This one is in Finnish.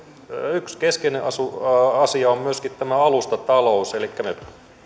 yksi keskeinen asia on myöskin tämä alustatalous elikkä me